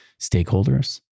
stakeholders